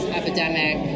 epidemic